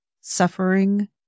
suffering